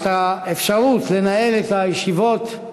את האפשרות לנהל את הישיבות.